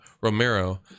Romero